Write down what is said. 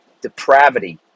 depravity